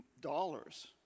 dollars